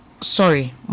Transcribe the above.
sorry